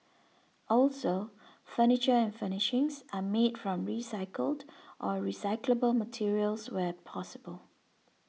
also furniture and furnishings are made from recycled or recyclable materials where possible